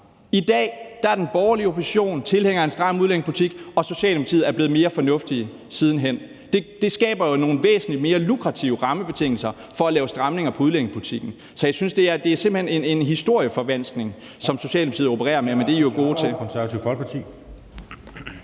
I dag er den borgerlige opposition tilhængere af en stram udlændingepolitik, og Socialdemokratiet er blevet mere fornuftige siden hen. Det skaber jo nogle væsentlig mere lukrative rammebetingelser for at lave stramninger på udlændingepolitikken. Så jeg synes simpelt hen, det er en historieforvanskning, som Socialdemokratiet opererer med – men det er I jo gode til.